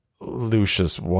Lucius